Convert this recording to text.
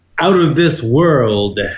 out-of-this-world